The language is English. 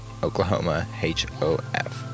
OklahomaHOF